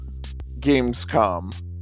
Gamescom